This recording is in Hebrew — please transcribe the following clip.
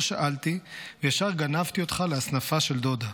לא שאלתי וישר גנבתי אותך להסנפה של דודה.